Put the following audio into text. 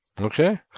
Okay